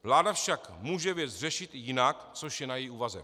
Vláda však může věc řešit i jinak, což je na její úvaze.